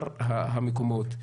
ובשאר המקומות.